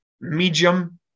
medium